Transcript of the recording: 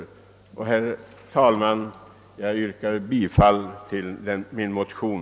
Herr talman! Jag yrkar bifall till min motion.